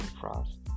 Frost